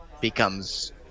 becomes